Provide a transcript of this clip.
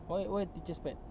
why why teacher's pet